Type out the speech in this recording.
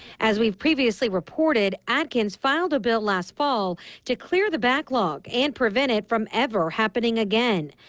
as we previously reported, atkins filed a bill last fall to clear the backlog and prevent it from ever happening again.